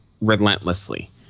relentlessly